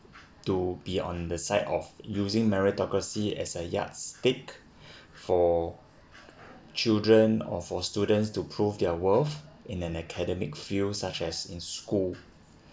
to be on the side of using meritocracy as a yardstick for children or for students to prove their worth in an academic fields such as in school